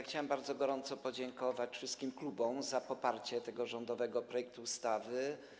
Chciałbym bardzo gorąco podziękować wszystkim klubom za poparcie tego rządowego projektu ustawy.